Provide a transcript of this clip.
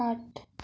आठ